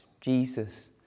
Jesus